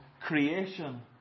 creation